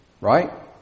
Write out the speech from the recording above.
Right